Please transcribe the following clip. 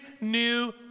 new